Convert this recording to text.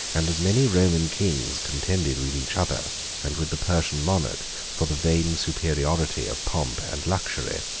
and as many roman kings contended with each other and with the persian monarch for the vain superiority of pomp and luxury.